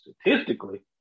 statistically